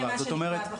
בהתאם למה שנקבע בחוק.